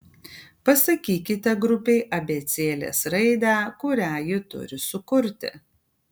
pasakykite grupei abėcėlės raidę kurią jie turi sukurti